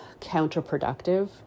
counterproductive